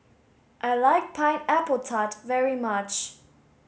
I like pineapple tart very much